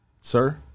sir